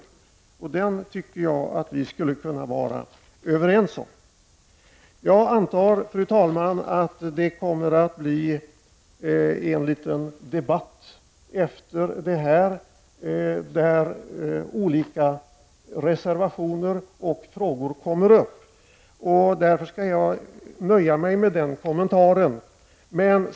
Jag tycker att vi skulle kunna vara överens om den. Fru talman! Jag antar att det kommer att bli ytterligare debatt allteftersom frågor och reservationer tas upp. Därför nöjer jag mig med denna kommentar.